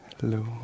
Hello